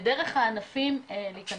ודרך הענפים להיכנס.